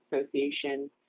Association